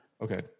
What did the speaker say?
Okay